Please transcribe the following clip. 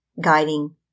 guiding